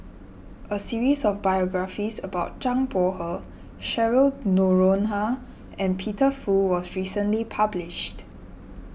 a series of biographies about Zhang Bohe Cheryl Noronha and Peter Fu was recently published